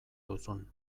duzun